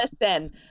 Listen